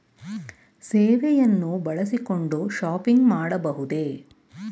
ಸೇವೆಯನ್ನು ಬಳಸಿಕೊಂಡು ಶಾಪಿಂಗ್ ಮಾಡಬಹುದೇ?